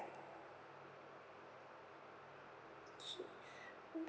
okay